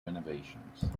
renovations